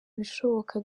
ibishoboka